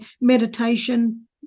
meditation